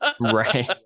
Right